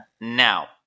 Now